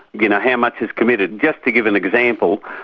you know, how much is committed. just to give an example,